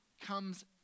comes